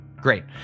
Great